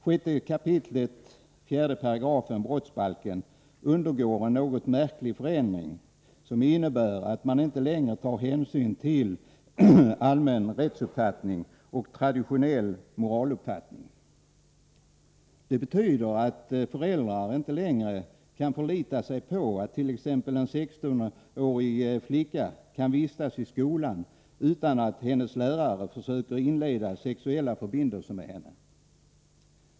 6 kap. 48 brottsbalken undergår en något märklig förändring, som innebär att man inte längre tar hänsyn till allmän rättsuppfattning och traditionell moraluppfattning. Det betyder att föräldrar inte längre kan förlita sig på att t.ex. en 16-årig flicka kan vistas i skolan utan att hennes lärare försöker inleda sexuella förbindelser med henne.